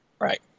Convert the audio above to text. Right